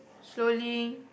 slowly